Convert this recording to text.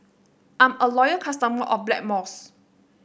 I'm a loyal customer of Blackmores